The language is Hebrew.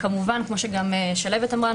כמובן כפי ששלהבת אמרה,